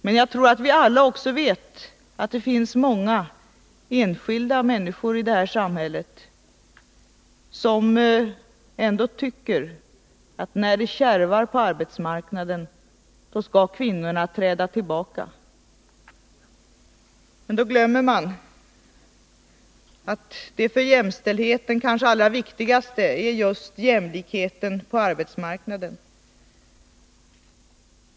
Men jag tror att vi alla vet att det finns många enskilda människor i detta samhälle som ändå anser att det, när det kärvar på arbetsmarknaden, är kvinnorna som skall träda tillbaka. Då glömmer man att det för jämställdheten kanske allra viktigaste är just jämlikheten på arbetsmarknaden.